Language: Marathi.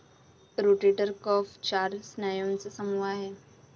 रोटेटर कफ चार स्नायूंचा समूह आहे